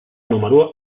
número